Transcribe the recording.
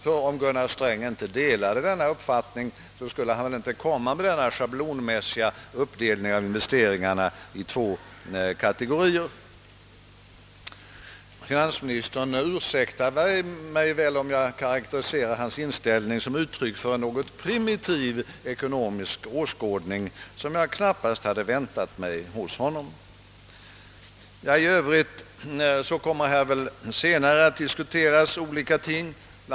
Ty om Gunnar Sträng inte delade denna uppfattning skulle han väl inte komma med denna schablonmässiga uppdelning av investeringarna i två kategorier. Finansministern får därför ursäkta mig, om jag karakteriserar hans inställning som uttryck för en något primitiv ekonomisk åskådning, som jag knappast hade väntat mig av honom. I övrigt kommer väl att här senare diskuteras olika ting. Bl.